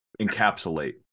encapsulate